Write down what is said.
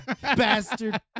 bastard